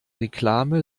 reklame